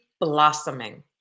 blossoming